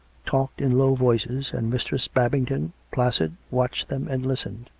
talked in low voices, and mistress babington, placid, watched them and listened.